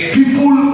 People